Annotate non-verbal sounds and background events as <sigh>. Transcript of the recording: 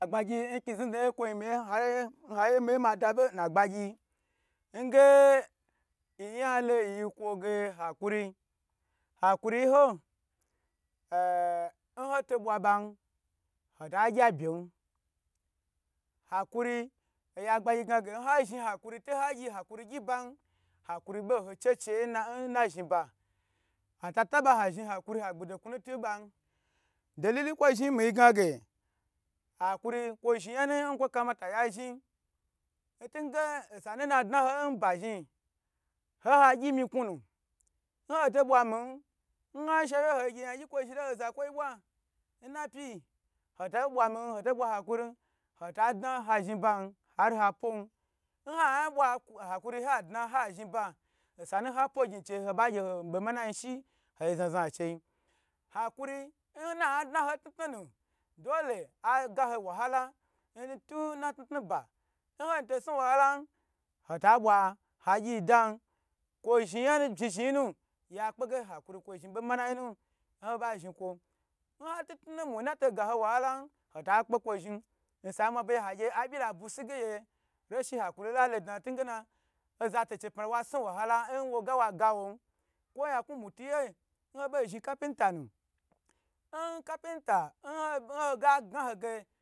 Agbagy nkni zhni dna ye kwo yi nge yiya lo yi yi kwo ge hakuri hakuri hakuri yi ho <hesitation> n hoto bwa ba hota gya ben hakuri oyagbagyi ga ge nha zhn hakuri to ha gyi hakuri gyi ban hakuri be n ho che che n na zhni ba atataba ha zhn hakuri ha gbni dokuna to ba delile kwo mi ga ge hakuri kwo zhni yan nu kwo kamata ya zhni intige nsama na dna ha nba zhni hohegyi yagyi kwo filo ho zakwoi bwa n na pyi hoto bwa min hoto bwa hakuri todna ha zhni ba har hapwon nhah hakuri hadna ha zhni ba osanu ha pwo gyn chei aba gye ho bomanayi shi oyi zna zna chei hakuri n na dna ho ntanatnu nu dole aga ho wahala ntu na tnutnu ba nho tosnu wahalan hota bwa hagyi ndan kwo zhni yan zhni zhni yi nu ya kpe ge hakuri kwo zhni yan manayi nu ohoba zhni kwo nhati tnutnu nnato gahe wahala n hota kpe kwo zhnni nsamwabe ge hage abyi la bu si ge gy reshin hakuri le la dna ge oza to chei pma wa snu wahalan nwo ge waga won, kwo yon knu mutuyi nho bo zhni capintanu, n capinta n nho ga gna ho ge.